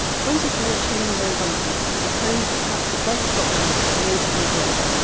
twenty four cheyne road, london, was home to perhaps the best documented maids-of-all-work.